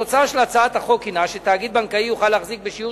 התוצאה של הצעת החוק הינה שתאגיד בנקאי יוכל להחזיק בשיעור